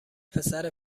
پسر